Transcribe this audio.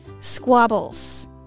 squabbles